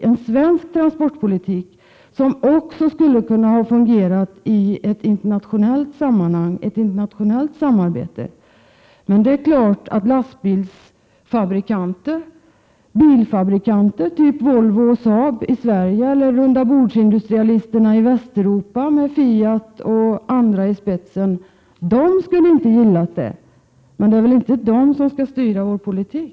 Det är en svensk transportpolitik som också skulle kunna fungera i ett internationellt sammanhang och i ett internationellt samarbete. Lastbilsfabrikanter och bilfabrikanter typ Volvo och Saab i Sverige eller rundabordsindustrialisterna i Västeuropa med Fiat och andra i spetsen skulle självfallet inte ha tyckt om det. Det är väl emellertid inte de som skall styra vår politik.